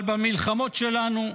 אבל במלחמות שלנו,